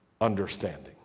understanding